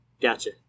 Gotcha